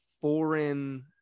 foreign